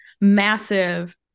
massive